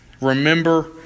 remember